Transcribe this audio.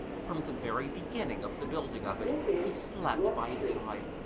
from the very beginning of the building of it he slept by its side,